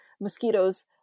mosquitoes